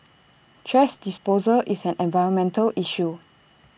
thrash disposal is an environmental issue